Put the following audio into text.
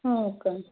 हो का